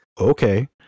Okay